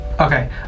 Okay